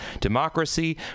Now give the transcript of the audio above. democracy